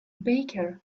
baker